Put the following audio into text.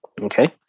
Okay